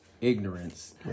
ignorance